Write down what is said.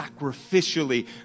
sacrificially